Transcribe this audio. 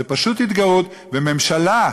אז כוהנת צריכה להיות מי שאימא שלה כוהנת,